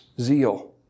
zeal